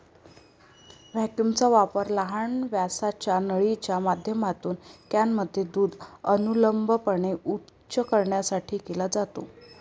व्हॅक्यूमचा वापर लहान व्यासाच्या नळीच्या माध्यमातून कॅनमध्ये दूध अनुलंबपणे उंच करण्यासाठी केला जातो